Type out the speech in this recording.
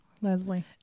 Leslie